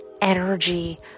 energy